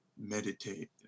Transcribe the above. meditate